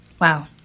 wow